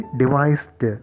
devised